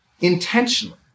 intentionally